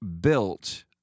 built